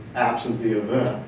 absent the ah